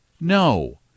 No